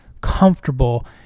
comfortable